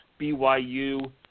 BYU